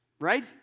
Right